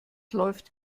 läuft